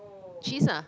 cheese lah